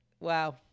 Wow